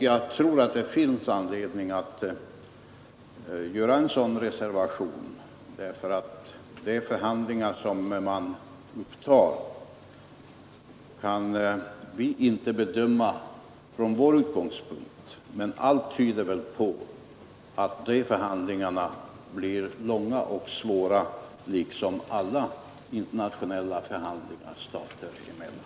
Jag tror att det finns anledning att göra en sådan reservation, och upprättande av diplomatiska förbindelser med Demokratiska folkrepubliken Korea Nr 132 eftersom vi inte från vår utgångspunkt kan bedöma de förhandlingar som Onsdagen den man upptar, men allt tyder väl på att de förhandlingarna liksom alla 6 december 1972 förhandlingar stater emellan blir långa och svåra.